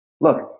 look